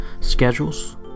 schedules